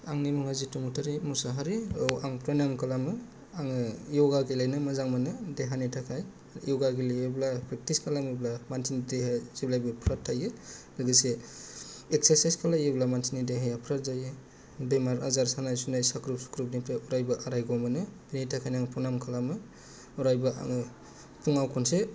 आंनि मुंआ जितुमथारि मसाहारि आं प्रनायाम खालामो आंङो यगा गेलेनो मोजां मोनो देहानि थाखाय यगा गेलेयोब्ला प्रेक्टिस खालामोब्ला मानसिनि देहानि थाखाय जेब्लायबो फ्रात थायो लोगोसे एगसारसाय्स खालायोब्ला मानसिनि देहाया फ्रात जायो बेमार आजार सानाय सुनाय साख्रब सुख्रबनिफ्राय अरायबो आरायग मोनो बेनि थाखायनो आंङो प्रनायम खालामो अरायबो आंङो फुंआव खनसे